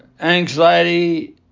anxiety